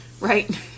Right